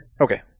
Okay